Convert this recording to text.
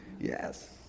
Yes